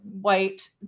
white